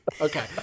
Okay